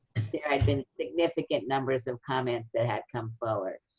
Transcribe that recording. there had been significant numbers of comments that had come forward.